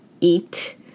eat